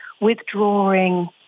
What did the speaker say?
withdrawing